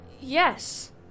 Yes